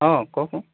অঁ কওকচোন